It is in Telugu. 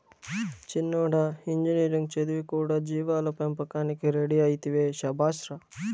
చిన్నోడా ఇంజనీరింగ్ చదివి కూడా జీవాల పెంపకానికి రెడీ అయితివే శభాష్ రా